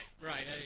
Right